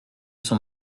son